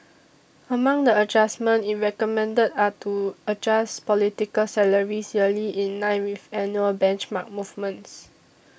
among the adjustments it recommended are to adjust political salaries yearly in line with annual benchmark movements